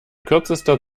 kürzester